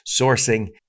sourcing